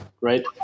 right